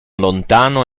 lontano